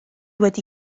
wedi